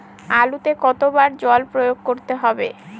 আলুতে কতো বার জল প্রয়োগ করতে হবে?